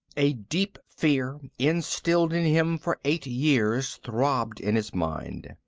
a deep fear, instilled in him for eight years, throbbed in his mind.